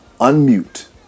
unmute